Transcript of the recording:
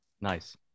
Nice